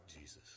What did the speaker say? Jesus